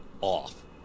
off